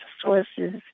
sources